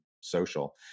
social